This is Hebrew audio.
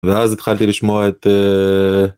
‫ואז התחלתי לשמוע את...